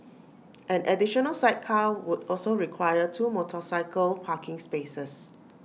an additional sidecar would also require two motorcycle parking spaces